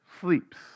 sleeps